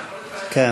כן,